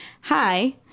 Hi